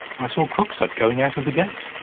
i saw krogstad going out of the gate.